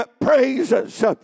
praises